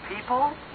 people